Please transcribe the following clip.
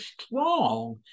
strong